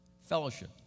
Fellowship